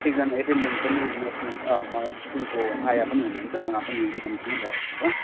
एकजना एटेन्डेन्ट पनि नर्सिङ मतलब स्कुलको आया पनि हुनुहुन्छ उहाँ पनि नानीसँगै बस्नुभएको छ